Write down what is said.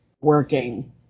working